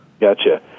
Gotcha